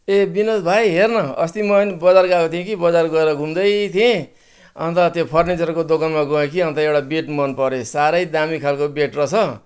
ए बिनोद भाइ हेर्न अस्ति म बजार गएको थिएँ कि बजार गएर घुम्दै थिएँ अन्त त्यो फर्निचरको दोकानमा गएँ कि अन्त एउटा बेड मन पऱ्यो साह्रै दामी खालको बेड रहेछ